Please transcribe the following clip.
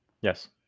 Yes